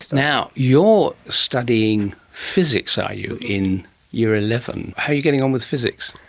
now, you're studying physics, are you, in year eleven? how are you getting on with physics?